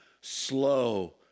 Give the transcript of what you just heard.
slow